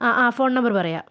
ആ ആ phone number പറയാം